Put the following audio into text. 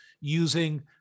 using